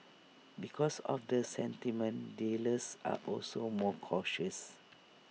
because of the sentiment dealers are also more cautious